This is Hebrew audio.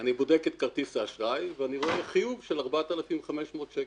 אני בודק את כרטיס האשראי ואני רואה חיוב של 4,500 שקלים.